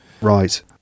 Right